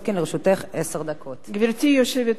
גברתי היושבת-ראש, כנסת נכבדה,